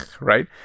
right